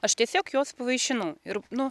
aš tiesiog juos pavaišinau ir nu